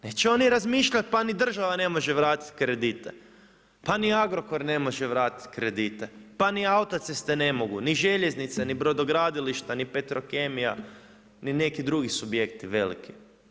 Neće oni razmišljat pa ni država ne može vratiti kredite, pa ni Agrokor ne može vratiti kredite, pa ni Autoceste ne mogu, ni Željeznice, ni brodogradilišta, ni Petrokemija ni neki drugi subjekti veliki.